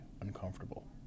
uncomfortable